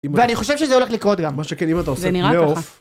ואני חושב שזה הולך לקרות גם, מה שכן אם אתה עושה פניאוס.